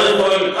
קודם כול,